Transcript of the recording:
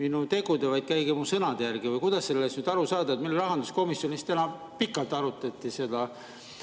minu tegude, vaid käige mu sõnade järgi? Või kuidas sellest aru saada? Meil rahanduskomisjonis täna pikalt arutati seda,